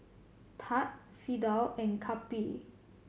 Thad Fidel and Cappie